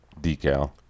decal